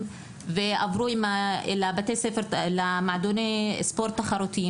ועברו מבתי ספר למועדוני ספורט תחרותיים.